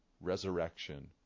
resurrection